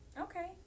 okay